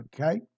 Okay